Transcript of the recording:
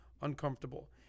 uncomfortable